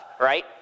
Right